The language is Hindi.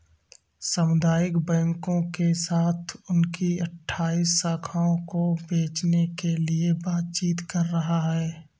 सामुदायिक बैंकों के साथ उनकी अठ्ठाइस शाखाओं को बेचने के लिए बातचीत कर रहा है